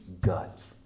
guts